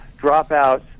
dropouts